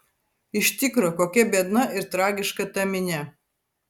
iš tikro kokia biedna ir tragiška ta minia